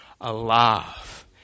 alive